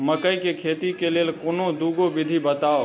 मकई केँ खेती केँ लेल कोनो दुगो विधि बताऊ?